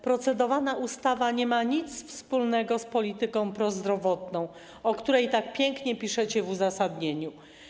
Procedowana ustawa nie ma nic wspólnego z polityką prozdrowotną, o której tak pięknie piszecie w uzasadnieniu.